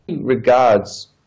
regards